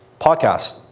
podcasts.